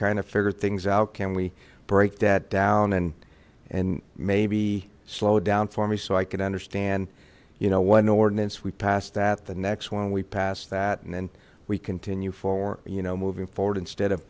kind of figure things out can we break that down and and maybe slow down for me so i can understand you know one ordinance we passed that the next one we passed that and we continue for you know moving forward instead of